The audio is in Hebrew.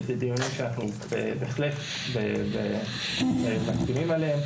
אלה דברים שאנחנו בהחלט מסכימים עליהם.